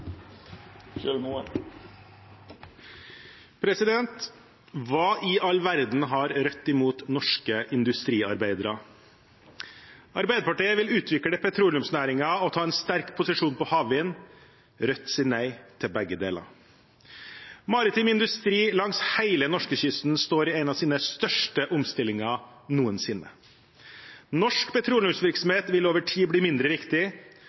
Hva i all verden har Rødt imot norske industriarbeidere? Arbeiderpartiet vil utvikle petroleumsnæringen og ta en sterk posisjon på havvind. Rødt sier nei til begge deler. Maritim industri langs hele norskekysten står i en av sine største omstillinger noensinne. Norsk petroleumsvirksomhet vil over tid bli mindre viktig,